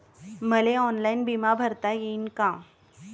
मले ऑनलाईन बिमा भरता येईन का?